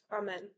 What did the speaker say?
Amen